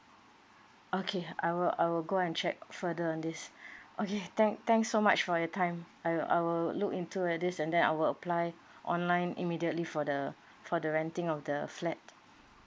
okay I will I will go and check further on this okay thank thanks so much for your time I'll I will look into this and then I will apply online immediately for the for the renting of the flat